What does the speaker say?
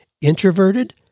introverted